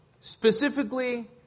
specifically